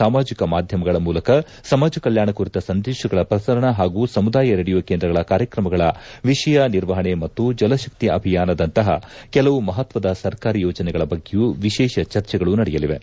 ಸಾಮಾಜಿಕ ಮಾಧ್ಯಮಗಳ ಮೂಲಕ ಸಮಾಜ ಕಲ್ಯಾಣ ಕುರಿತ ಸಂದೇಶಗಳ ಪ್ರಸರಣ ಹಾಗೂ ಸಮುದಾಯ ರೇಡಿಯೋ ಕೇಂದ್ರಗಳ ಕಾರ್ಯಕ್ರಮಗಳ ವಿಷಯ ನಿರ್ವಹಣೆ ಮತ್ತು ಜಲಶಕ್ತಿ ಅಭಿಯಾನದಂತಹ ಕೆಲವು ಮಹತ್ವದ ಸರ್ಕಾರಿ ಯೋಜನೆಗಳ ಬಗ್ಗೆಯೂ ವಿಶೇಷ ಚರ್ಚೆಗಳು ನಡೆಯಲಿವೆ